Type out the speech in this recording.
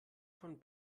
von